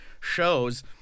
shows